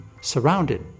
surrounded